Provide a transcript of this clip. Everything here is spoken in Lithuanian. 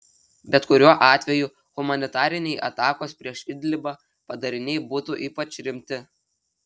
bet kuriuo atveju humanitariniai atakos prieš idlibą padariniai būtų ypač rimti